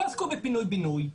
לא עסקו בפינוי בינוי,